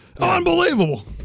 Unbelievable